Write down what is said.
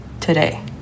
today